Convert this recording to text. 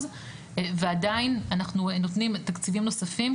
ועדיין אנחנו נותנים תקציבים נוספים,